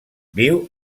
viu